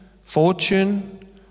fortune